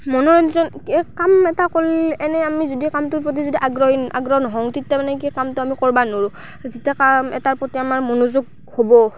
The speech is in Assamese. মনোৰঞ্জন কাম এটা কৰিলে এনে আমি যদি কামটোৰ প্ৰতি যদি আগ্ৰহী আগ্ৰহ নহওঁ তেতিয়া মানে কি কামটো আমি কৰিব নোৱাৰোঁ যেতিয়া কাম এটাৰ প্ৰতি আমাৰ মনোযোগ হ'ব